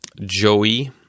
Joey